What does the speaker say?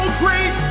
great